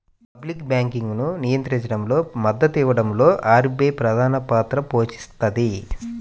public బ్యాంకింగ్ను నియంత్రించడంలో, మద్దతునివ్వడంలో ఆర్బీఐ ప్రధానపాత్ర పోషిస్తది